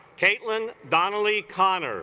caitlyn donnelly connor